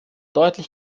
deutlich